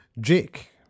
Jake